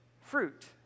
fruit